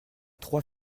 trois